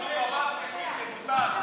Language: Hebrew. מנסור עבאס, יבוטל.